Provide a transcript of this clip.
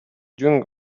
doing